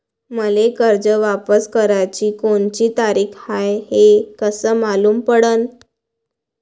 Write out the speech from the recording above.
मले कर्ज वापस कराची कोनची तारीख हाय हे कस मालूम पडनं?